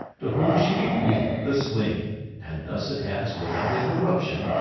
to whom she bequeathed the sling and thus it has, without interruption,